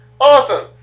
awesome